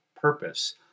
purpose